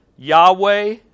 Yahweh